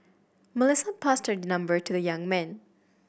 Melissa passed her number to the young man